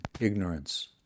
ignorance